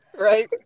Right